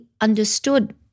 understood